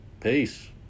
Peace